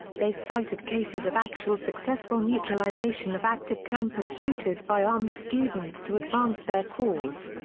they cited cases of actual successful neutralization of active campus shooters by armed students to advance their cause.